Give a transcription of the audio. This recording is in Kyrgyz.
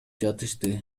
жатышты